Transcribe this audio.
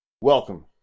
Welcome